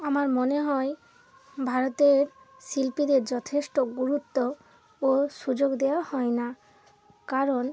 আমার মনে হয় ভারতের শিল্পীদের যথেষ্ট গুরুত্ব ও সুযোগ দেওয়া হয় না কারণ